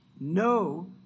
no